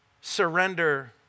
surrender